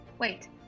wait